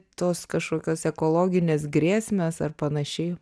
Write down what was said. tos kažkokios ekologinės grėsmės ar panašiai